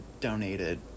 donated